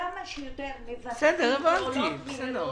כמה שיותר מבצעים פעולות מהירות,